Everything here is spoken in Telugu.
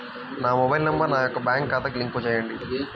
నా మొబైల్ నంబర్ నా యొక్క బ్యాంక్ ఖాతాకి లింక్ చేయండీ?